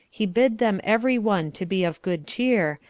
he bid them every one to be of good cheer,